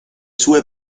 sue